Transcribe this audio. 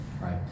right